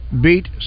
beat